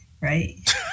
right